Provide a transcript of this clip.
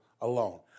alone